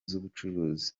z’ubucuruzi